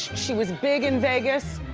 she was big in vegas.